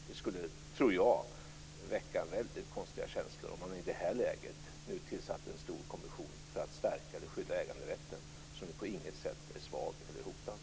Det skulle, tror jag, väcka väldigt konstiga känslor om man i det här läget nu tillsatte en stor kommission för att stärka eller skydda äganderätten, som ju på inget sätt är svag eller hotad.